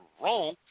wrong